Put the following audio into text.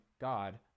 god